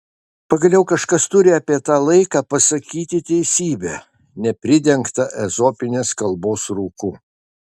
pagaliau kažkas turi apie tą laiką pasakyti teisybę nepridengtą ezopinės kalbos rūku